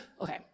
Okay